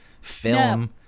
film